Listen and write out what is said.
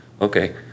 Okay